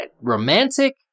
romantic